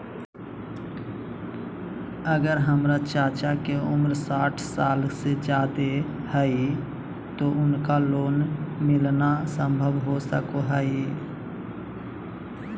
अगर हमर चाचा के उम्र साठ साल से जादे हइ तो उनका लोन मिलना संभव हो सको हइ?